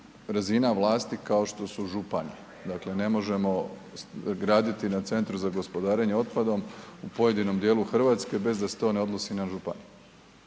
razina vlasti kao što su županije, dakle ne možemo graditi na Centru za gospodarenje otpadom u pojedinom dijelu RH bez da se to ne odnosi na županije